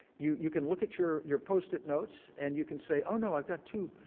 you you can look at your your post-it notes, and you can say oh now, i've got two,